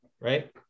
right